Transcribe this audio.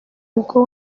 ubwo